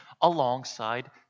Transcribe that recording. alongside